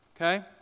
Okay